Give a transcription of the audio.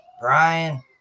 Brian